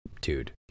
Dude